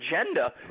agenda